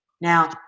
Now